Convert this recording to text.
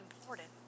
important